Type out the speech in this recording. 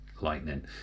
lightning